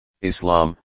Islam